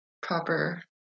proper